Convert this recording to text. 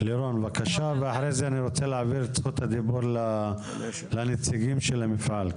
לירון בבקשה ואחרי זה אני רוצה להעביר את זכות הדיבור לנציגים של המפעל,